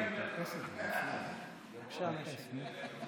יושב בשולחן הממשלה זה אומר שיש לו יומרות,